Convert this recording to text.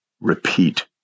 repeat